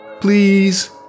Please